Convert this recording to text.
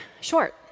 short